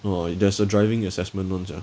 !wah! there's a driving assessment [one] sia